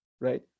right